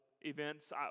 events